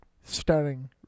stunning